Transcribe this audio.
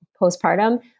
postpartum